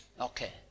Okay